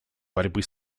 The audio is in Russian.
борьбы